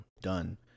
done